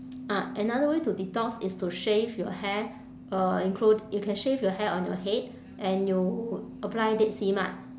ah another way to detox is to shave your hair uh include you can shave your hair on your head and you apply dead sea mud